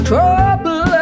Trouble